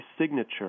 signature